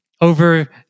over